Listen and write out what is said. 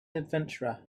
adventurer